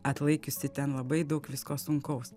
atlaikiusi ten labai daug visko sunkaus